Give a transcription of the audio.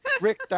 Rick